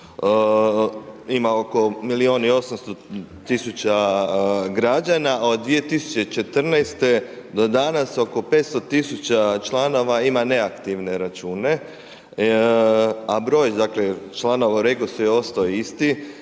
ima oko milijun i 800 000 građana, od 2014. do danas oko 500 000 članova ima neaktivne račune, a broj dakle članova u Regosu je ostao isti?